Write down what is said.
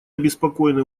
обеспокоены